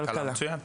מצוין.